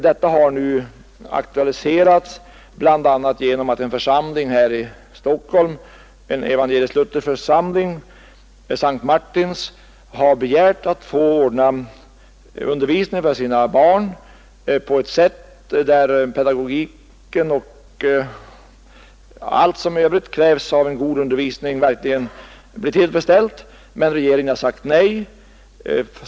Nu har en evangelisk-luthersk församling här i Stockholm, S:t Martins, begärt att få ordna undervisning för församlingens barn på ett sätt som tillfredsställer alla krav på en god undervisning, men regeringen har sagt nej.